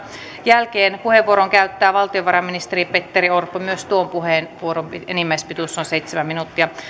jälkeen puheenvuoron käyttää valtiovarainministeri petteri orpo myös tuon puheenvuoron enimmäispituus on seitsemän minuuttia